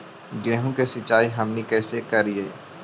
गेहूं के सिंचाई हमनि कैसे कारियय?